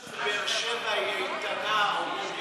השר, זה אומר שבאר שבע, שהיא איתנה, או מודיעין,